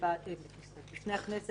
הוועדה